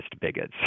bigots